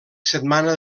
setmana